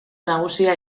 nagusia